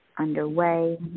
Underway